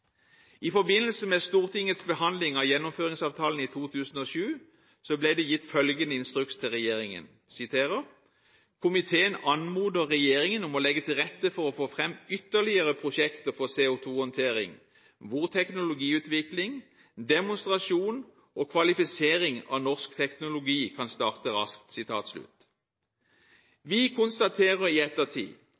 I forbindelse med Stortingets behandling av Gjennomføringsavtalen i 2007 ble det gitt følgende instruks til regjeringen: «Komiteen anmoder Regjeringen om å legge til rette for å få frem ytterligere prosjekter for CO2-håndtering, hvor teknologiutvikling, demonstrasjon og kvalifisering av norsk teknologi kan starte raskt.» Vi konstaterer i ettertid